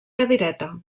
cadireta